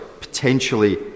potentially